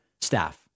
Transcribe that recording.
staff